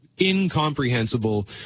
incomprehensible